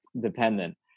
dependent